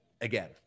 again